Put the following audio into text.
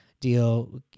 deal